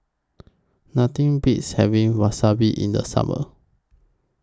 Nothing Beats having Wasabi in The Summer